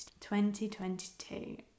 2022